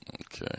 Okay